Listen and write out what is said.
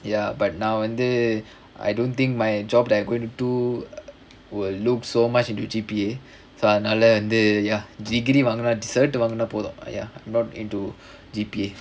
ya but நா வந்து:naa vanthu I don't think my job that I going to do will look so much into G_P_A so அதுனால வந்து:athunaala vanthu ya degree வாங்குனா:vaangunaa cert~ வாங்குனா போதும்:vaangunaa pothum ya not into G_P_A